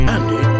Andy